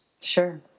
Sure